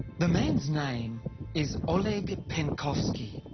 the man's name is oleg penkovsky.